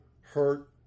hurt